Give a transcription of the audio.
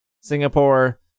Singapore